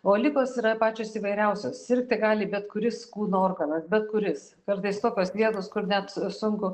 o ligos yra pačios įvairiausios sirgti gali bet kuris kūno organas bet kuris kartais tokios vietos kur net sunku